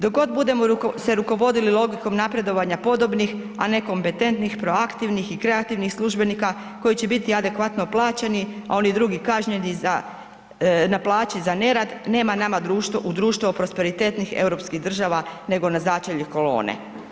Dok god budemo se rukovodili logikom napredovanja podobnih, a ne kompetentnih, proaktivnih i kreativnih službenih koji će biti adekvatno plaćeni, a oni drugi kažnjeni za, na plaći za nerad, nema nama u društvo prosperitetnih europskih država nego na začelje kolone.